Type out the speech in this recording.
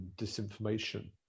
disinformation